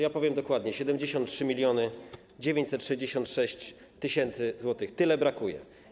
Ja powiem dokładnie: 73 966 tys. zł, tyle brakuje.